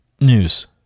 news